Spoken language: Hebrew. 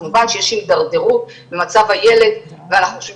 כמובן כשיש הידרדרות במצב הילדים ואנחנו חושבים